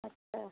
अच्छा